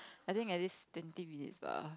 I think at least twenty minutes bah